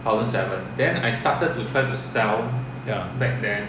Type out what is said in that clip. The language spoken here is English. ya